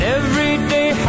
everyday